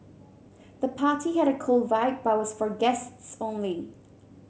the party had a cool vibe but was for guests only